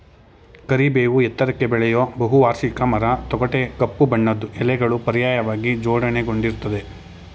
ಕರಿಬೇವು ಎತ್ತರಕ್ಕೆ ಬೆಳೆಯೋ ಬಹುವಾರ್ಷಿಕ ಮರ ತೊಗಟೆ ಕಪ್ಪು ಬಣ್ಣದ್ದು ಎಲೆಗಳು ಪರ್ಯಾಯವಾಗಿ ಜೋಡಣೆಗೊಂಡಿರ್ತದೆ